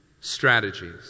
strategies